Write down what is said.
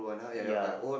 ya